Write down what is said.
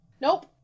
nope